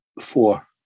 Four